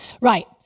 Right